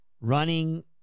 running